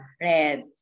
red